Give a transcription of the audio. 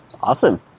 Awesome